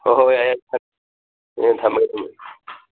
ꯍꯣꯏ ꯍꯣꯏ ꯌꯥꯔꯦ ꯌꯥꯔꯦ ꯑ ꯊꯝꯃꯒꯦ ꯊꯝꯃꯒꯦ